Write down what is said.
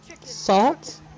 salt